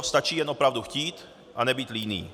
Stačí jen opravdu chtít a nebýt líný.